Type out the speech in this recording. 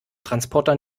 transporter